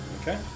Okay